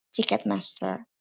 Ticketmaster